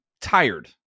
tired